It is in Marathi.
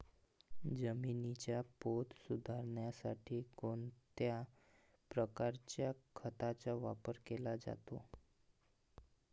जमिनीचा पोत सुधारण्यासाठी कोणत्या प्रकारच्या खताचा वापर केला जातो?